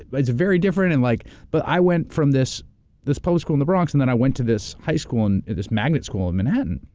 but it's very different, and like but i went from this this public school in the bronx and then i went to this high school, and this magnet school in manhattan.